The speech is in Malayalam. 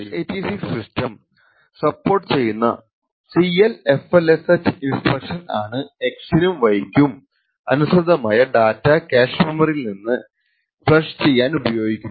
x 86 സിസ്റ്റം സപ്പോർട്ട് ചെയ്യുന്ന CLFLSH ഇൻസ്ട്രക്ഷൻ ആണ് X നും Y യ്കും അനുസൃതമായ ഡാറ്റ കാഷ് മെമ്മറിയിൽ നിന്ന് ഫ്ലഷ് ചെയ്യാനുപയോഗിക്കുന്നത്